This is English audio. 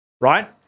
right